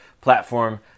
platform